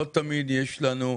לא תמיד יש לנו,